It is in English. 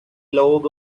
log